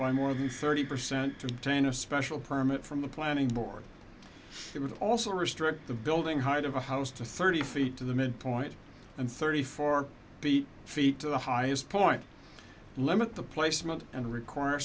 by more than thirty percent to ten a special permit from the planning board it would also restrict the building height of a house to thirty feet to the midpoint and thirty four beat feet to the highest point limit the placement and require